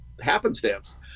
happenstance